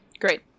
Great